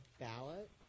ballot